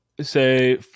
say